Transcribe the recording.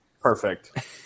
Perfect